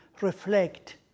reflect